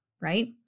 right